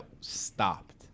stopped